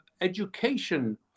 education